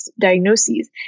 diagnoses